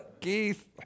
Keith